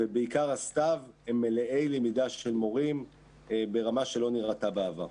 ובעיקר הסתיו הם מלאי למידה של מורים ברמה שלא נראתה בעבר.